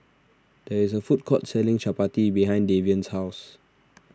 there is a food court selling Chapati behind Davion's house